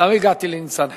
למה הגעתי לניצן חן?